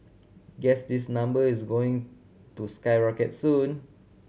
guess this number is going to skyrocket soon